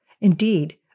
Indeed